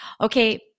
Okay